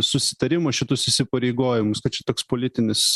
susitarimą šitus įsipareigojimus kad čia toks politinis